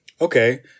Okay